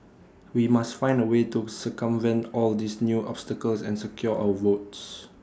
we must find A way to circumvent all these new obstacles and secure our votes